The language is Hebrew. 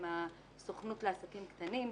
עם הסוכנות לעסקים קטנים,